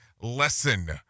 lesson